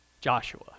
Joshua